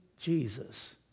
Jesus